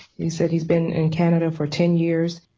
he says he's been in canada for ten years,